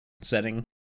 setting